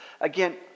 Again